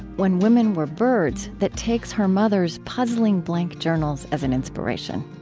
when women were birds, that takes her mother's puzzling blank journals as an inspiration.